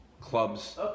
Clubs